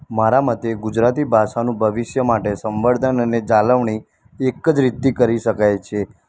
મારા મતે ગુજરાતી ભાષાનું ભવિષ્ય માટે સંવર્ધન અને જાળવણી એક જ રીતથી કરી શકાય છે